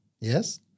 yes